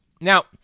now